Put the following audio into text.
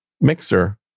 mixer